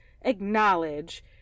acknowledge